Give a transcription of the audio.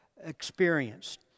experienced